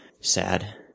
sad